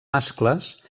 mascles